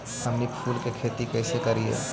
हमनी फूल के खेती काएसे करियय?